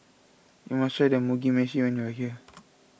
you must try the Mugi Meshi when you are here